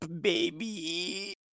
baby